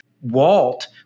Walt